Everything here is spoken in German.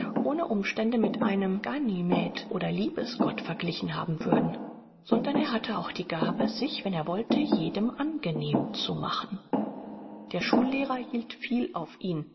ohne umstände mit einem ganymed oder liebesgott verglichen haben würden sondern er hatte auch die gabe sich wenn er wollte jedem angenehm zu machen der schullehrer hielt viel auf ihn